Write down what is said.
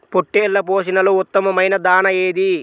పొట్టెళ్ల పోషణలో ఉత్తమమైన దాణా ఏది?